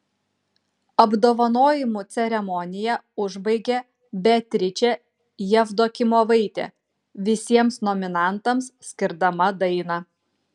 apdovanojimų ceremoniją užbaigė beatričė jevdokimovaitė visiems nominantams skirdama dainą